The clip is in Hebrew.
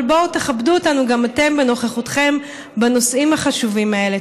אבל בואו תכבדו אותנו גם אתם בנוכחותכם בנושאים החשובים האלה.